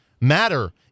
matter